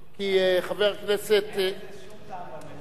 כי חבר הכנסת, אין לזה שום טעם במליאה.